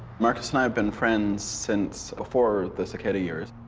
marcus and i have been friends since before the cicada years.